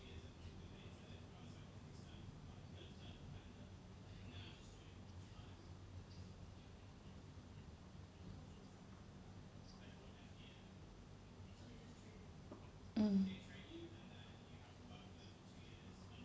mm